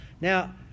Now